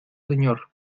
señor